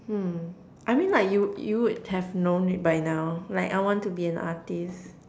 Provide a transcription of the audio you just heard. hmm I mean like you you would have known it by now like I want to be an artist